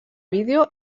vídeo